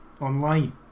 online